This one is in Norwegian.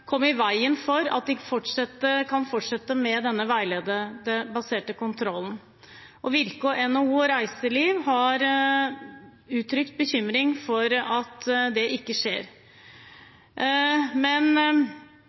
komme i veien for at de kan fortsette med denne veiledningsbaserte kontrollen. Virke og NHO Reiseliv har uttrykt bekymring for at det ikke skjer. Men